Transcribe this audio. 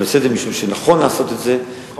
אני עושה את זה משום שנכון לעשות את זה ונכון